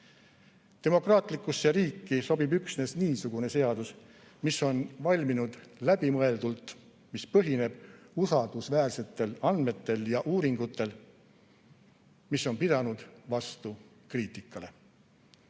satuks. Demokraatlikusse riiki sobib üksnes niisugune seadus, mis on valminud läbimõeldult, mis põhineb usaldusväärsetel andmetel ja uuringutel, mis on pidanud vastu kriitikale.